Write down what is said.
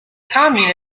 communism